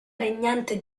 regnante